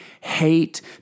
hate